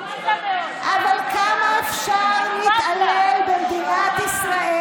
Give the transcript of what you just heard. אבל כמה אפשר להתעלל במדינת ישראל